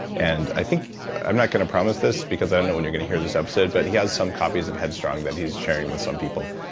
and i think. i'm not gonna promise this because i don't know when you're gonna hear this episode, but he has some copies of headstrong that he's sharing with some people.